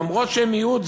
אף שהם מיעוט,